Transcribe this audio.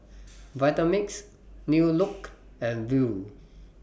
Vitamix New Look and Viu